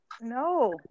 No